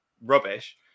rubbish